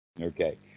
Okay